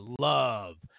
love